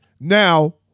Now